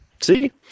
See